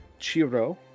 chiro